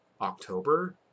October